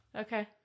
Okay